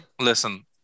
listen